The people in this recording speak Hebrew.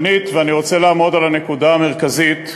שנית, ואני רוצה לעמוד על הנקודה המרכזית בעיני,